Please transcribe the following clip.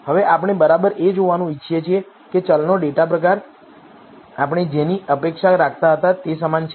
હવે આપણે બરાબર એ જોવાનું ઇચ્છીએ છીએ કે ચલનો ડેટા પ્રકાર આપણે જેની અપેક્ષા રાખતા હતા તે સમાન છે